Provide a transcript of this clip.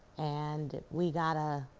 and we got a.